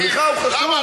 סליחה, הוא חשוב.